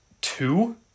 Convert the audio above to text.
two